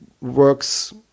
works